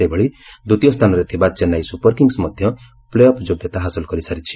ସେହିଭଳି ଦ୍ୱିତୀୟ ସ୍ଥାନରେ ଥିବା ଚେନ୍ନାଇ ସୁପରକିଙ୍ଗସ୍ ମଧ୍ୟ ପ୍ଲେଅଫ୍ ଯୋଗ୍ୟତା ହାସଲ କାରିସାରିଛି